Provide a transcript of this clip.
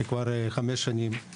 הדיון הקודם התרחש לפני כחמש שנים,